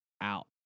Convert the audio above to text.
out